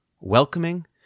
welcoming